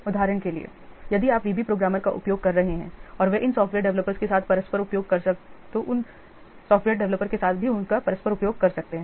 उदाहरण के लिए यदि आप VB प्रोग्रामर का उपयोग कर रहे हैं और वे इन सॉफ्टवेयर डेवलपर्स के साथ परस्पर उपयोग कर सकते हैं